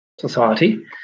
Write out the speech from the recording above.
Society